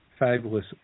Fabulous